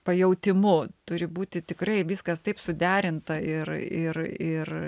pajautimu turi būti tikrai viskas taip suderinta ir ir ir